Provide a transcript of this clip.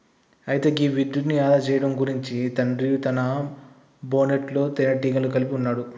అయితే గీ విద్యుత్ను ఆదా సేయడం గురించి తండ్రి తన బోనెట్లో తీనేటీగను కలిగి ఉన్నాడు